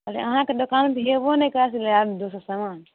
कहलियै अहाँके दोकान भी होयबो नहि करत से लए आएब दोसर समान